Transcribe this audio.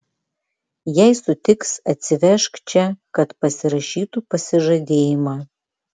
jei sutiks atsivežk čia kad pasirašytų pasižadėjimą